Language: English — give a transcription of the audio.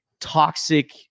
toxic